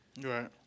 Right